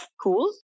cool